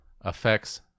affects